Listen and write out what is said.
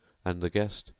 and the guest,